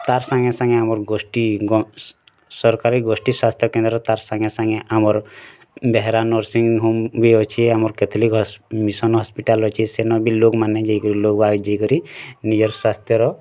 ତାର୍ ସାଙ୍ଗେ ସାଙ୍ଗେ ଆମର୍ ଗୋଷ୍ଠୀ ସରକାରୀ ଗୋଷ୍ଠୀ ସ୍ୱାସ୍ଥ୍ୟ କେନ୍ଦ୍ର ତାର୍ ସାଙ୍ଗେ ସାଙ୍ଗେ ଆମର୍ ବେହେରା ନର୍ସିଙ୍ଗ ହୋମ୍ ବି ଅଛି ଆମର୍ କେଥଲିଙ୍ଗ ମିସନ୍ ହସ୍ପିଟାଲ୍ ଅଛି ସେନ୍ ବି ଲୋକ୍ ମାନେ ଯାଇ କରି ଲୋକ୍ ବାକ୍ ଯାଇ କରି ନିଜର୍ ସ୍ୱାସ୍ଥ୍ୟ ର